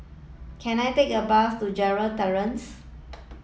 can I take a bus to Gerald Terrace